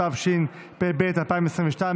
התשפ"ב 2022,